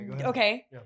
Okay